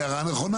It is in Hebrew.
הערה נכונה.